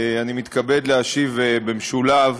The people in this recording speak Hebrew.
אני מתכבד להשיב במשולב